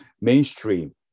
mainstream